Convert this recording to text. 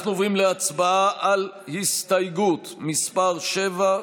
אנחנו עוברים להצבעה על הסתייגות מס' 7,